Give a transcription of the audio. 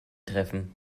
treffen